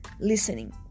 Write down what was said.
listening